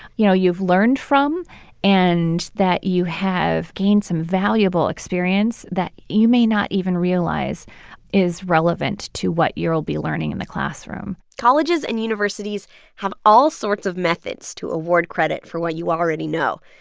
you know, you've learned from and that you have gained some valuable experience that you may not even realize is relevant to what you'll be learning in the classroom colleges and universities have all sorts of methods to award credit for what you already know.